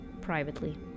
privately